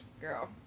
Girl